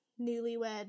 newlywed